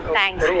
Thanks